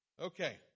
Okay